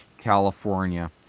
California